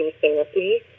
therapy